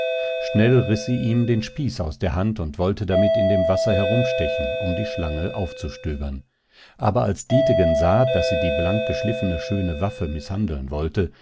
schnell riß sie ihm den spieß aus der hand und wollte damit in dem wasser herumstechen um die schlange aufzustöbern aber als dietegen sah daß sie die blankgeschliffene schöne waffe mißhandeln wollte